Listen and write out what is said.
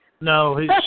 No